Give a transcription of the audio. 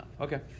Okay